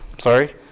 Sorry